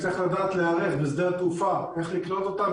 צריך לדעת להיערך בשדה התעופה איך לקלוט אותם.